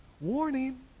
warning